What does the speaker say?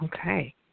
Okay